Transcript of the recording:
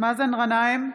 מאזן גנאים,